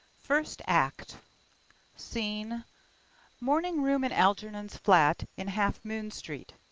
first act scene morning-room in algernon's flat in half-moon street.